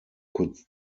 kurz